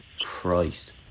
Christ